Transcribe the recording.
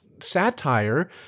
satire